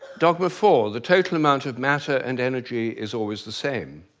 dogma four the total amount of matter and energy is always the same.